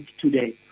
today